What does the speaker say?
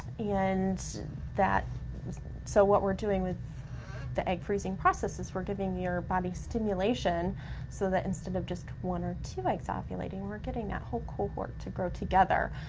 and so what we're doing with the egg freezing process is we're giving your body stimulation so that instead of just one or two eggs ah ovulating, we're getting that whole cohort to grow together,